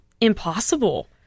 impossible